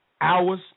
hours